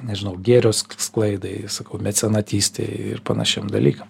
nežinau gėrio sklaidai sakau mecenatystei ir panašiem dalykams